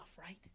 right